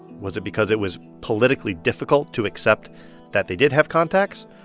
was it because it was politically difficult to accept that they did have contacts?